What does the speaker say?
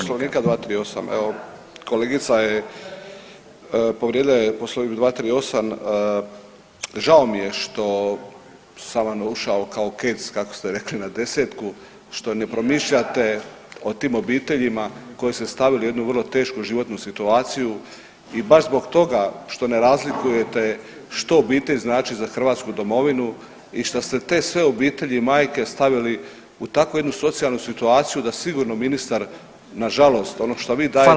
Poslovnika 238., evo kolegica je povrijedila Poslovnik 238., žao mi je što sam vam ušao kao kec kako ste rekli na desetku što ne promišljate o tim obiteljima koje ste stavili u jednu vrlo tešku životnu situaciju i baš zbog toga što ne razlikujete što obitelj znači za hrvatsku domovinu i što ste te sve obitelji i majke stavili u takvu jednu socijalnu situaciju da sigurno ministar nažalost ono što vi dajete